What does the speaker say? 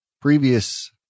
previous